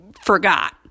forgot